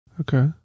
Okay